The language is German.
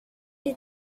die